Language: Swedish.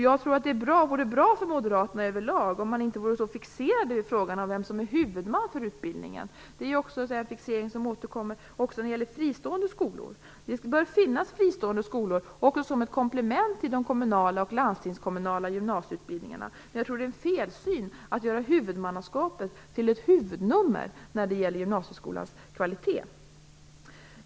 Jag tror att det vore bra för moderaterna över lag om man inte vore så fixerade vid frågan om vem som är huvudman för utbildningen. Det är en fixering som återkommer också när det gäller fristående skolor. Det bör finnas fristående skolor - också som ett komplement till de kommunala och landstingskommunala gymnasieutbildningarna. Jag tror dock att det är en felsyn att göra huvudmannaskapet till ett huvudnummer när det gäller gymnasieskolans kvalitet.